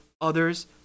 others